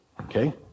Okay